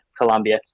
Colombia